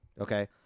okay